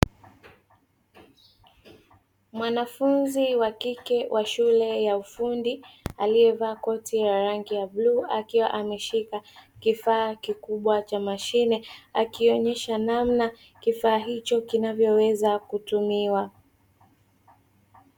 Mwanafunzi wa kike wa shule ya ufundi aliyevaa koti ya rangi ya bluu akiwa ameshika kifaa kikubwa cha mashine akionyesha namna kifaa hicho kinavyoweza kutumiwa.